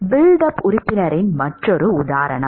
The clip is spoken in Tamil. பில்ட் அப் உறுப்பினரின் மற்றொரு உதாரணம்